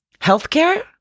Healthcare